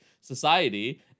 society